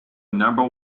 number